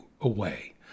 away